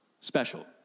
special